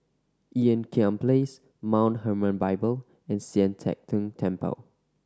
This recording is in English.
Ean Kiam Place Mount Hermon Bible and Sian Teck Tng Temple